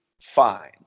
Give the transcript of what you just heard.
fine